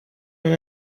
non